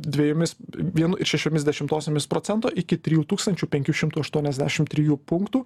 dvejomis vienu ir šešiomis dešimtosiomis procento iki trijų tūkstančių penkių šimtų aštuoniasdešim trijų punktų